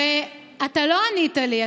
ואתה לא ענית לי.